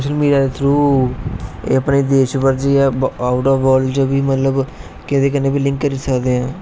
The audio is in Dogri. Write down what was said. सोशल मिडिया दे थ्रू एह् अपने देश च जां आउट आफ बल्ड किसे कन्ने बी लिंक करी सकदे हैं